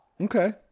okay